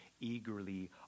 eagerly